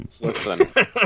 Listen